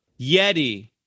Yeti